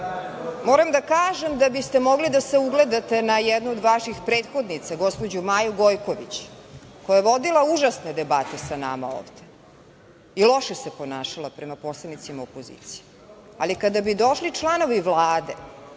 da kažem, da biste mogli da se ugledate na jednu od vaših prethodnica, gospođu Maju Gojković, koja je vodila užasne debate sa nama ovde i loše se ponašala prema poslanicima opozicije, ali kada bi došli članovi Vlade